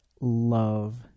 love